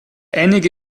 einige